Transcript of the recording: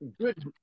good